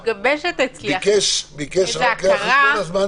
ביקש רב החובל